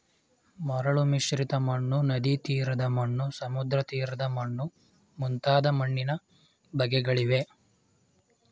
ಮರಳು ಮಿಶ್ರಿತ ಮಣ್ಣು, ನದಿತೀರದ ಮಣ್ಣು, ಸಮುದ್ರತೀರದ ಮಣ್ಣು ಮುಂತಾದ ಮಣ್ಣಿನ ಬಗೆಗಳಿವೆ